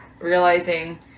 realizing